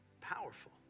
powerful